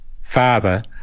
father